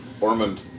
Ormond